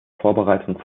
vorbereitung